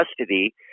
custody